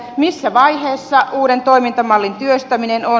missä vaiheessa uuden toimintamallin työstäminen on